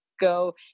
go